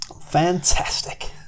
Fantastic